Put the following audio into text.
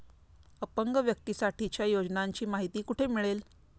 अपंग व्यक्तीसाठीच्या योजनांची माहिती कुठे मिळेल?